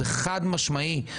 זה חד משמעי.